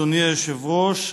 אדוני היושב-ראש,